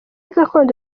gakondo